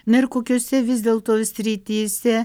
na ir kokiose vis dėlto srityse